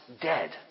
dead